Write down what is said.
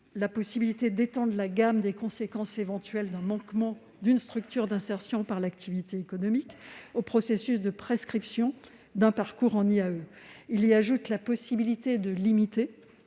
également à étendre la gamme des conséquences éventuelles d'un manquement d'une structure d'insertion par l'activité économique au processus de prescription d'un parcours en IAE, en ajoutant la possibilité de limiter